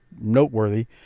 noteworthy